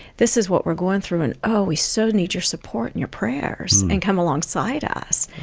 this is what we're going through, and, oh, we so need your support and your prayers, and come alongside us.